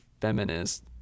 feminist